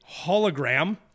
Hologram